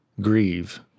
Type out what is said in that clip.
grieve